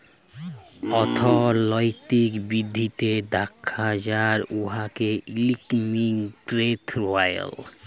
অথ্থলৈতিক বিধ্ধি দ্যাখা যায় উয়াকে ইকলমিক গ্রথ ব্যলে